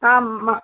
हा मां